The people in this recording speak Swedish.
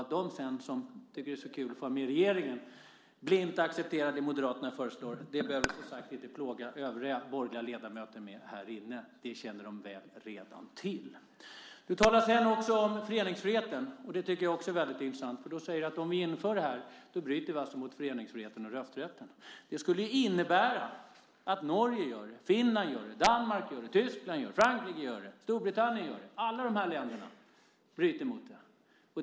Att de som tycker att det är så kul att få vara med i regeringen sedan blint accepterar det som Moderaterna föreslår behöver du inte plåga övriga borgerliga ledamöter med här inne. Det känner de väl till redan. Du talar om föreningsfriheten, och det tycker jag också är intressant. Du säger att om vi inför det här så bryter vi mot föreningsfriheten och rösträtten. Det skulle innebära att Norge, Finland, Danmark, Tyskland, Frankrike och Storbritannien gör det. Alla de länderna bryter alltså mot det.